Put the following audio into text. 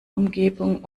umgebung